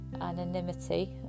anonymity